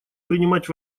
принимать